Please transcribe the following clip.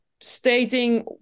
stating